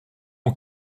mon